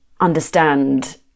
understand